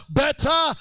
better